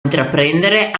intraprendere